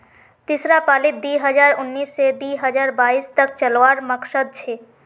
तीसरा पालीत दी हजार उन्नीस से दी हजार बाईस तक चलावार मकसद छे